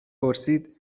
پرسید